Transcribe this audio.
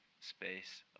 space